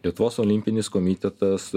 lietuvos olimpinis komitetas